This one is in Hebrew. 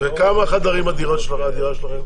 כמה חדרים בדירה שלכם?